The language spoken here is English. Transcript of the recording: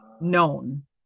known